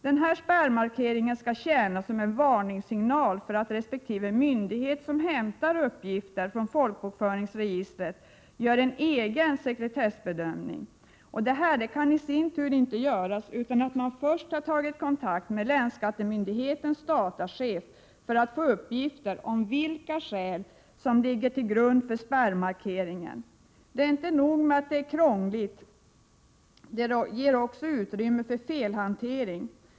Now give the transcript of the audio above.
Den skall tjäna som en varningssignal för att resp. myndighet som hämtar uppgifter från folkbokföringsregistret skall göra en egen sekretessprövning. Detta kan dei sin tur inte göra utan att först ha tagit kontakt med länsskattemyndighetens datachef för att få uppgift om vilka skäl som ligger till grund för spärrmarkeringen. Det är inte nog med att det är krångligt — det ger också utrymme för felhantering.